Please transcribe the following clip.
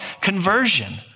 conversion